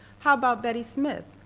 how about betty smith,